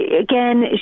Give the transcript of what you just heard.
again